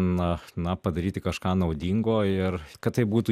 na na padaryti kažką naudingo ir kad tai būtų